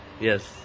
Yes